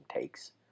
takes